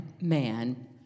man